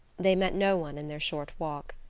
they met no one in their short walk.